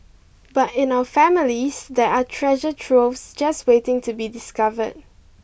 but in our families there are treasure troves just waiting to be discovered